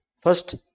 First